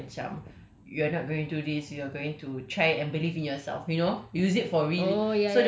she can whisper them like macam you are not going to this you are going to try and believe in yourself you know